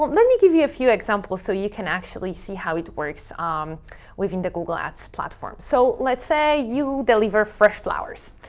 let me give you a few examples so you can actually see how it works um within the google ads platform. so let's say you deliver fresh flowers.